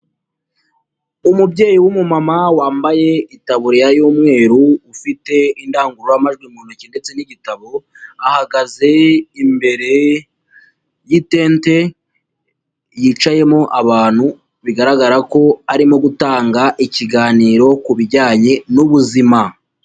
Umubyeyi w'umumama wambaye itaburiya y'umweru ufite indangururamajwi mu ntoki ndetse n'igitabo, ahagaze imbere y'itente yicayemo abantu, bigaragara ko arimo gutanga ikiganiro ku bijyanye n'ubuzima.